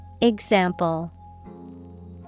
Example